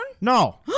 No